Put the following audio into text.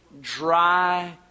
dry